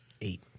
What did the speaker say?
Eight